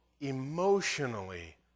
emotionally